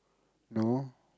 no